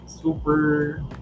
super